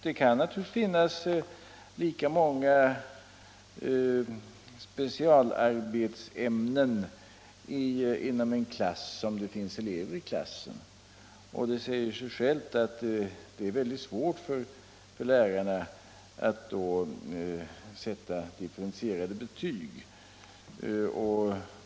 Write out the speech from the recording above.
Det kan finnas lika många specialarbetsämnen inom en klass som det finns elever i klassen, och det säger sig självt att det är mycket svårt för lärarna att då sätta differentierade betyg.